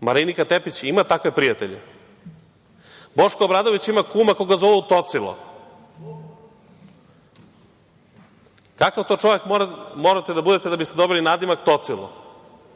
Marinika Tepić ima takve prijatelje. Boško Obradović ima kuma koga zovu „Tocilo“. Kakav to čovek morate da bude da biste dobili nadimak „Tocilo“?